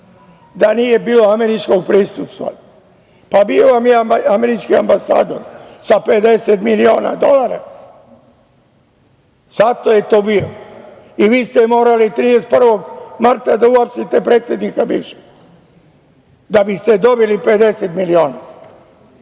da nije bilo američkog prisustva. Bio je američki ambasador sa 50 miliona dolara. Zato je tu bio. Vi ste morali 31. marta da uhapsite predsednika bivšeg da biste dobili 50 miliona. Dame